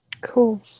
Cool